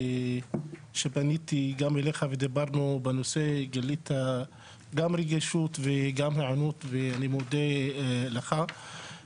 כשפניתי אליך בנושא גילית גם רגישות וגם היענות ואני מודה לך על כך.